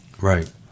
Right